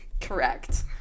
Correct